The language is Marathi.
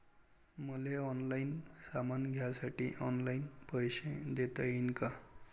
मले ऑनलाईन सामान घ्यासाठी ऑनलाईन पैसे देता येईन का?